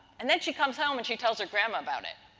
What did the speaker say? and, then she comes home and she tells her gram about it.